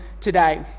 today